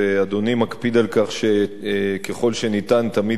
ואדוני מקפיד על כך שככל שאפשר תמיד